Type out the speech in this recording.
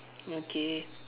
okay